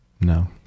No